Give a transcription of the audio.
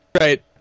right